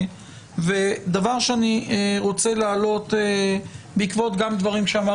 דבר שאני רוצה להעלות גם בעקבות דברים שאמר